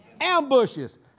Ambushes